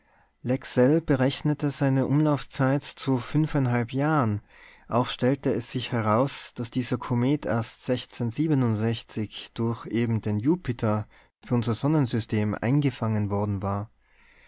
lexell berechnete seine umlaufszeit zu jahren auch stellte es sich heraus daß dieser komet erst durch eben den jupiter für unser sonnensystem eingefangen worden war